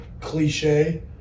cliche